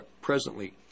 presently